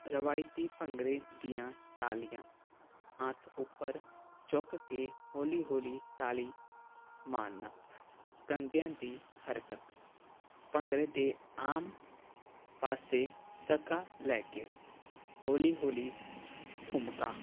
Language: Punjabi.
ਰਵਾਇਤੀ ਭੰਗੜੇ ਦੀਆਂ ਤਾਲੀਆਂ ਹੱਥ ਉੱਪਰ ਚੁੱਕ ਕੇ ਹੌਲੀ ਹੌਲੀ ਤਾਲੀ ਮਾਰਨਾ ਕੰਧਿਆਂ ਦੀ ਹਰਕਤ ਭੰਗੜੇ ਤੇ ਆਮ ਪਾਸੇ ਸਕਾ ਲੈ ਕੇ ਹੋਲੀ ਹੌਲੀ ਥੁਮਕਾ